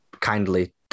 kindly